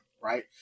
right